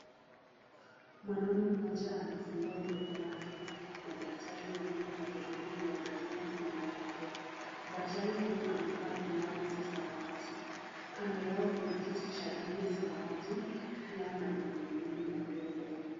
Mwanamme mmoja amefungua mdomo wake, na daktari wa meno anajaribu kuyaangalia meno yake. Daktari huyu amevaa glavu za samawati. Kando yao kuna kiti cha rangi ya samawati pia na magurudumu madogo.